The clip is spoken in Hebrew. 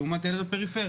לעומת הילד בפריפריה?